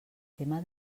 tema